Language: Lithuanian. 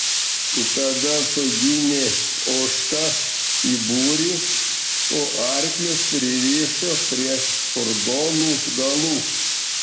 tada suginė ožkas į būrį o arklius pririšo prie furgonų galų